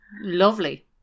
lovely